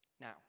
Now